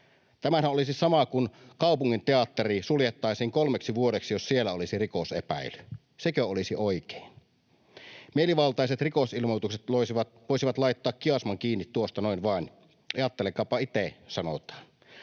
Tämähän olisi sama kuin jos kaupunginteatteri suljettaisiin kolmeksi vuodeksi, jos siellä olisi rikosepäily. Sekö olisi oikein? Mielivaltaiset rikosilmoitukset voisivat laittaa Kiasman kiinni tuosta noin vaan. ”Ajatelkaapa ite”, sanotaan.